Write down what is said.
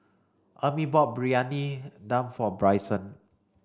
Emmie bought Briyani Dum for Bryson